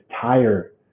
tire